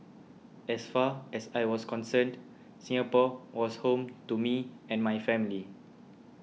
as far as I was concerned Singapore was home to me and my family